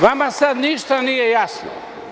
Vama sada ništa nije jasno.